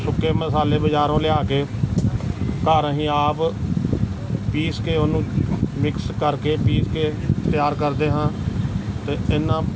ਸੁੱਕੇ ਮਸਾਲੇ ਬਾਜ਼ਾਰੋਂ ਲਿਆ ਕੇ ਘਰ ਅਸੀਂ ਆਪ ਪੀਹ ਕੇ ਉਹਨੂੰ ਮਿਕਸ ਕਰਕੇ ਪੀਹ ਕੇ ਤਿਆਰ ਕਰਦੇ ਹਾਂ ਅਤੇ ਇਹਨਾਂ